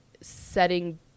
setting